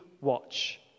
watch